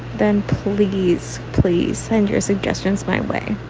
then please, please send your suggestions my way